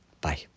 Bye